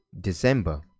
December